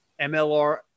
MLR